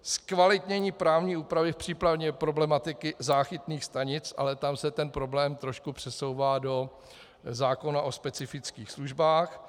Zkvalitnění právní úpravy v případě problematiky záchytných stanic, ale tam se ten problém trošku přesouvá do zákona o specifických službách.